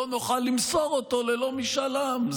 ולא נוכל למסור אותו ללא משאל עם,